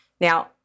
Now